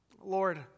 Lord